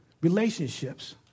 Relationships